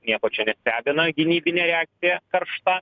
nieko čia nestebina gynybinė reakcija karšta